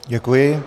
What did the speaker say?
Děkuji.